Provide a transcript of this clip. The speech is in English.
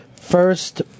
First